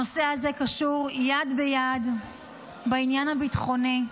הנושא הזה קשור יד ביד בעניין הביטחוני,